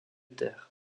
terre